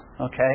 okay